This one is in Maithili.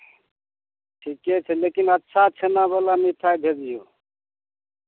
ठीके छै लेकिन अच्छा छेनावला मिठाइ भेजियौ